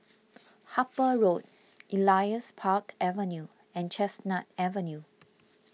Harper Road Elias Park Avenue and Chestnut Avenue